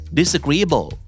disagreeable